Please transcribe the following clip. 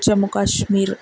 Jammu Kashmir